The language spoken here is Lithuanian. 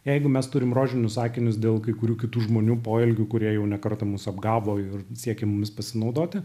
jeigu mes turim rožinius akinius dėl kai kurių kitų žmonių poelgių kurie jau ne kartą mus apgavo ir siekia mumis pasinaudoti